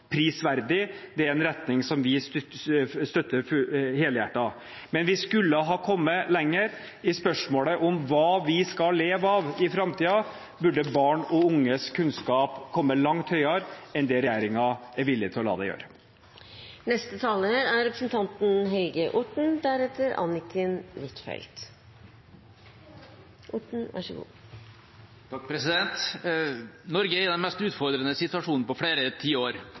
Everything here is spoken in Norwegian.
prisverdig. Det er en retning vi støtter helhjertet. Men vi skulle ha kommet lenger. I spørsmålet om hva vi skal leve av i framtiden, burde barn og unges kunnskap komme langt høyere enn det regjeringen er villig til å la det gjøre. Norge er i den mest utfordrende situasjonen på flere tiår. I takt med at oljeprisen har falt, har arbeidsledigheten i